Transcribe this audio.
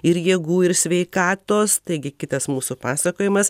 ir jėgų ir sveikatos taigi kitas mūsų pasakojimas